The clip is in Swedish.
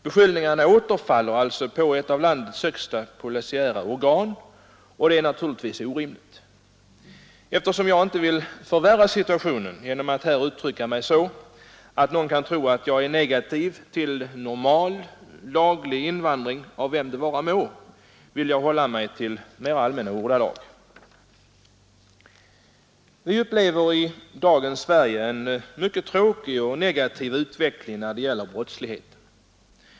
Beskyllningarna återfaller alltså på ett av landets högsta polisiära organ, och det är naturligtvis orimligt. Eftersom jag inte vill förvärra situationen genom att här uttrycka mig så att någon kan tro att jag är negativ till normal laglig invandring av vem det vara må, vill jag hålla mig till mera allmänna ordalag. Vi upplever i dagens Sverige en mycket tråkig och negativ utveckling när det gäller brottsligheten.